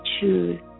choose